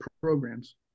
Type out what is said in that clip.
programs